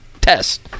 test